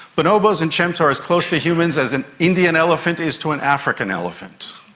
bonobos and chimps are as close to humans as an indian elephant is to an african elephant